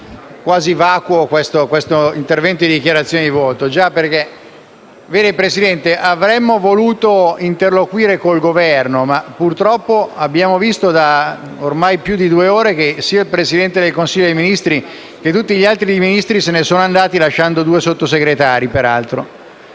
quasi vacuo questo intervento in dichiarazione di voto. Già, perché avremmo voluto interloquire con il Governo ma purtroppo abbiamo visto che, da ormai più di due ore, sia il Presidente del Consiglio dei ministri che tutti gli altri Ministri se ne sono andati, lasciando due Sottosegretari.